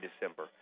December